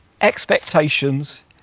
expectations